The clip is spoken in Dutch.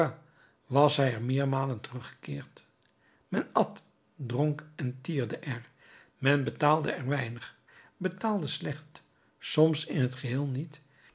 was hij er meermalen teruggekeerd men at dronk en tierde er men betaalde er weinig betaalde slecht soms in t geheel niet